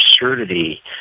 absurdity